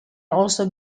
also